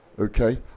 okay